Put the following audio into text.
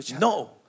No